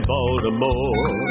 Baltimore